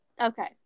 okay